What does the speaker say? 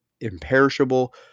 imperishable